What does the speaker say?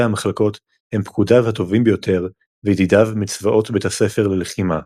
המחלקות הם פקודיו הטובים ביותר וידידיו מ"צבאות" בית הספר ללחימה.